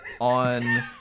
on